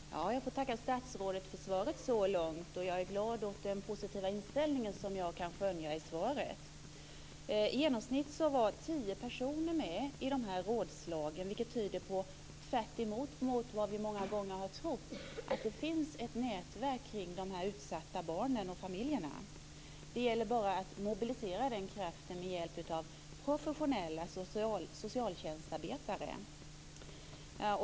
Fru talman! Jag får tacka statsrådet för svaret så långt. Jag är glad åt den positiva inställning som jag kan skönja i svaret. I genomsnitt var tio personer med i rådslagen, vilket tyder på - tvärtemot mot vad vi många gånger har trott - att det finns ett nätverk kring de utsatta barnen och familjerna. Det gäller bara att mobilisera den kraften med hjälp av professionella socialtjänstarbetare.